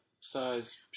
size